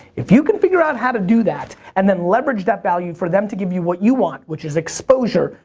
if you can figure out how to do that, and then leverage that value for them to give you what you want which is exposure,